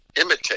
imitate